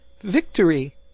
victory